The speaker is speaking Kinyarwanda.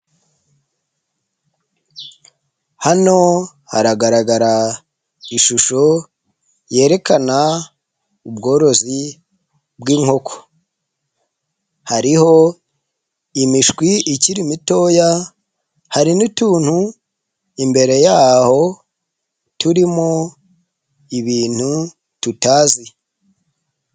Hano haragaragara ishusho yerekana ubworozi bw'inkoko, hariho imishwi ikiri mitoya, hari n'utuntu imbere yaho turimo ibintu tutazi.